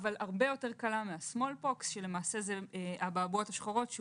אבל הרבה יותר קלה מהאבעבועות השחורות,